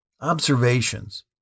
Observations